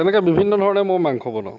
তেনেকৈ বিভিন্ন ধৰণে মই মাংস বনাওঁ